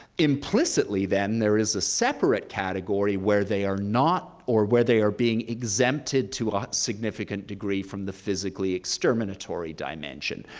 implicitly then, there is a separate category where they are not or where they are being exempted to ah a significant degree from the physically exterminatory dimension,